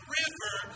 river